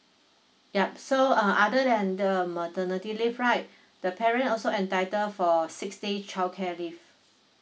yup so uh other than the maternity leave right the parent also entitled for six day childcare leave